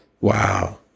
wow